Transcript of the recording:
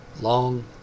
long